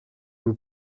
vous